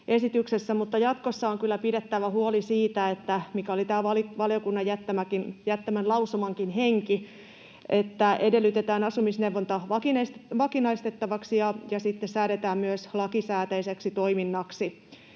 mutta jatkossa on kyllä pidettävä huoli siitä — mikä oli tämä valiokunnan jättämän lausumankin henki — että edellytetään asumisneuvonta vakinaistettavaksi ja säädetään se myös lakisääteiseksi toiminnaksi.